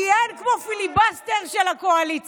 כי אין כמו פיליבסטר של הקואליציה.